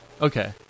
okay